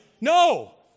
No